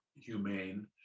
humane